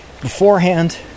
beforehand